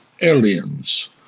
Aliens